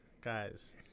guys